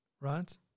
right